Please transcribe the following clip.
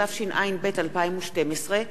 התשע"ב 2012,